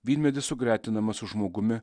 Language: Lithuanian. vynmedis sugretinamas su žmogumi